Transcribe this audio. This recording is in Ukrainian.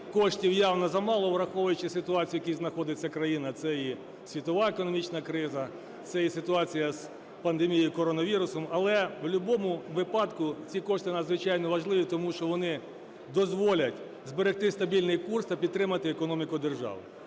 коштів явно замало, враховуючи ситуацію, в якій знаходиться країна, це і світова економічна криза, це і ситуація з пандемією коронавірусу. Але в любому випадку ці кошти надзвичайно важливі, тому що вони дозволять зберегти стабільний курс та підтримати економіку держави.